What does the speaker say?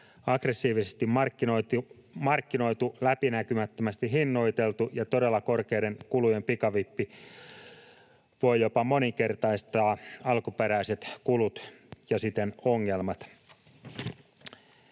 Aggressiivisesti markkinoitu, läpinäkymättömästi hinnoiteltu ja todella korkeiden kulujen pikavippi voi jopa moninkertaistaa alkuperäiset kulut ja siten ongelmat.